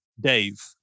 Dave